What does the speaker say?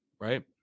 right